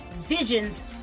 visions